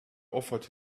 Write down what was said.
offered